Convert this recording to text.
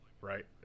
right